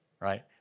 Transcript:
right